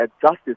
justice